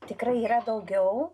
tikrai yra daugiau